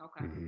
Okay